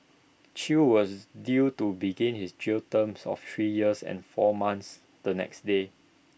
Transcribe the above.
chew was due to begin his jail term of three years and four months the next day